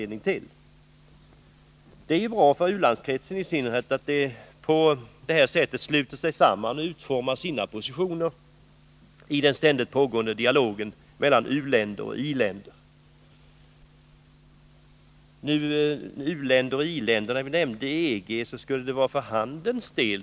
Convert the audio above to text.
Det är bra för u-landskretsen att den på detta sätt sluter sig samman och utformar sina positioner i den ständigt pågående dialogen mellan uoch i-länder. Oswald Söderqvist underströk att de handelspolitiska frågorna är viktiga för ett medlemskap.